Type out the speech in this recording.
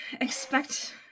expect